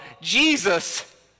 Jesus